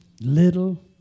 little